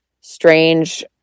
strange